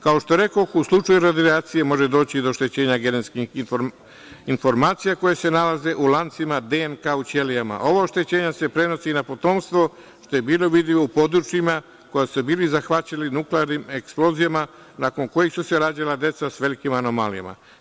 Kao što rekoh, u slučaju radijacije može doći do oštećenja genetskih informacija koje se nalaze u lancima DNK u ćelijama, a ovo oštećenje se prenosi na potomstvo, što je bilo vidljivo u područjima koja su bila zahvaćena nuklearnim eksplozijama, nakon kojih su se rađala deca sa velikim anomalijama.